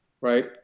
right